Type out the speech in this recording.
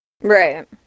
Right